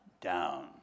down